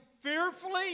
fearfully